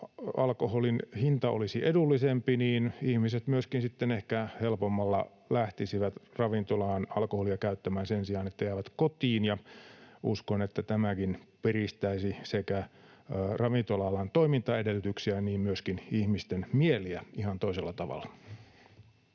hinta olisi edullisempi, niin ihmiset myöskin sitten ehkä helpommalla lähtisivät ravintolaan alkoholia käyttämään sen sijaan, että jäävät kotiin, ja uskon, että tämäkin piristäisi sekä ravintola-alan toimintaedellytyksiä että myöskin ihmisten mieliä ihan toisella tavalla.